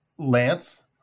Lance